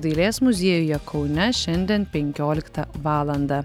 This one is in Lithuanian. dailės muziejuje kaune šiandien penkioliką valandą